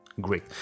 great